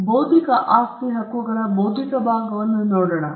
ಈಗ ಬೌದ್ಧಿಕ ಆಸ್ತಿ ಹಕ್ಕುಗಳ ಬೌದ್ಧಿಕ ಭಾಗವನ್ನು ನೋಡೋಣ